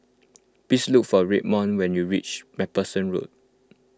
please look for Redmond when you reach MacPherson Road